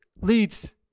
leads